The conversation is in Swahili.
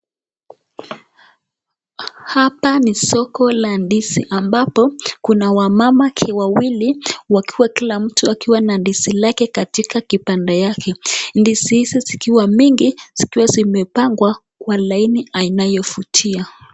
Hapa ni soko la ndizi ambapo kuna wamama wawili; wakiwa kila mtu akiwa na ndizi lake katika kibanda yake. Ndizi hizi zikiwa mingi zikiwa zimepangwa kwa laini aina inayovutia.